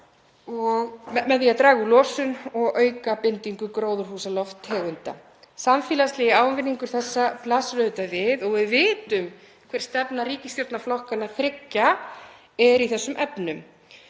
með því að draga úr losun og auka bindingu gróðurhúsalofttegunda. Samfélagslegi ávinningur þessa blasir auðvitað við og við vitum hver stefna ríkisstjórnarflokkanna þriggja er í þessum efnum.